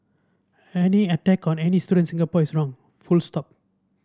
any attack on any student in Singapore is wrong full stop